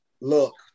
look